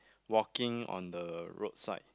walking on the roadside